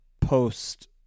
post